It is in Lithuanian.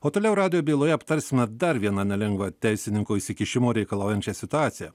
o toliau radijo byloje aptarsime dar vieną nelengvą teisininko įsikišimo reikalaujančią situaciją